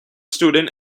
student